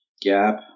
gap